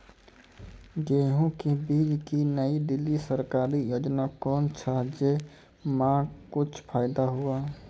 गेहूँ के बीज की नई दिल्ली सरकारी योजना कोन छ जय मां कुछ फायदा हुआ?